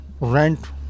rent